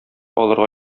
алырга